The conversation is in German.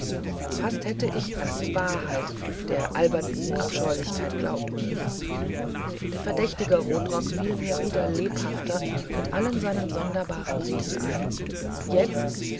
fast hätte ich an die wahrheit der albernsten abscheulichkeit glauben mögen der verdächtige rotrock fiel mir wieder lebhafter mit allen seinen sonderbaren reden ein jetzt